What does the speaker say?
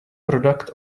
product